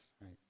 right